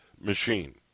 machine